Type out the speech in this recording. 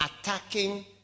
attacking